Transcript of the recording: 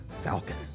Falcon